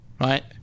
Right